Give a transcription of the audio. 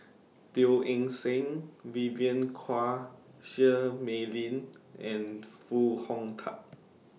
Teo Eng Seng Vivien Quahe Seah Mei Lin and Foo Hong Tatt